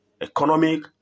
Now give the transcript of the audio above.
economic